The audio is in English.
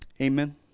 Amen